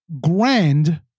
grand